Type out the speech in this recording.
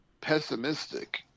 pessimistic